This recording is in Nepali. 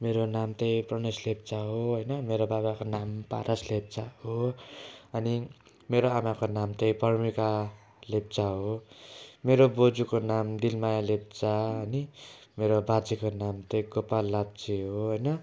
मेरो नाम चाहिँ प्रनेश लेप्चा हो होइन मेरो बाबाको नाम पारस लेप्चा हो अनि मेरो आमाको नाम चाहिँ प्रमिका लेप्चा हो मेरो बोजूको नाम दिलमाया लेप्चा अनि मेरो बाजेको नाम चाहिँ गोपाल लाप्चे हो होइन